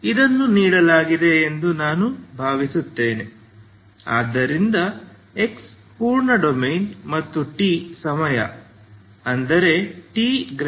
ಇದನ್ನು ನೀಡಲಾಗಿದೆ ಎಂದು ನಾನು ಭಾವಿಸುತ್ತೇನೆ ಆದ್ದರಿಂದ x ಪೂರ್ಣ ಡೊಮೇನ್ ಮತ್ತು t ಸಮಯ ಅಂದರೆ t0